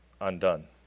undone